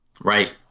right